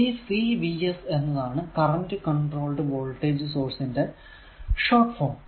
CCVS എന്നതാണ് current controlled voltage source ന്റെ short form